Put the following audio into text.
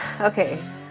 Okay